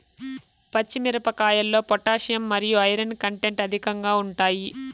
పచ్చి మిరపకాయల్లో పొటాషియం మరియు ఐరన్ కంటెంట్ అధికంగా ఉంటాయి